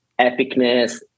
epicness